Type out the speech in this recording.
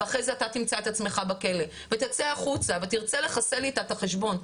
ואחרי זה אתה תמצא את עצמך בכלא ותצא החוצה ותרצה לחסל איתה את החשבון,